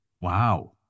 Wow